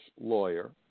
lawyer